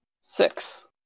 Six